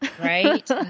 right